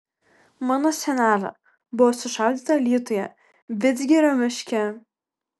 mano senelė buvo sušaudyta alytuje vidzgirio miške